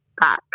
back